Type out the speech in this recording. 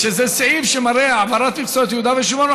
יש איזה סעיף שמראה: העברת מכסות יהודה ושומרון,